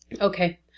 Okay